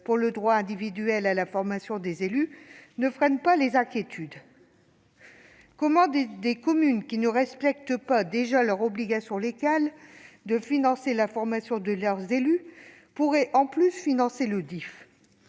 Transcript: pour le droit individuel à la formation des élus ne freine pas les inquiétudes. Comment des communes qui ne respectent déjà pas leur obligation légale de financer la formation de leurs élus pourraient-elles, en plus, financer le DIFE ?